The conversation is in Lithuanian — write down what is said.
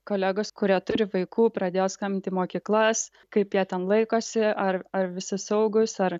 kolegos kurie turi vaikų pradėjo skambinti į mokyklas kaip jie ten laikosi ar ar visi saugūs ar